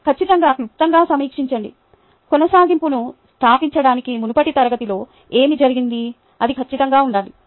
ఖచ్చితంగా క్లుప్తంగా సమీక్షించండి కొనసాగింపును స్థాపించడానికి మునుపటి తరగతిలో ఏమి జరిగింది అది ఖచ్చితంగా ఉండాలి